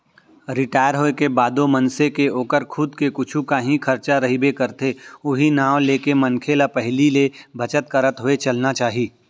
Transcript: retire होए के बादो मनसे के ओकर खुद के कुछु कांही खरचा रहिबे करथे उहीं नांव लेके मनखे ल पहिली ले बचत करत होय चलना चाही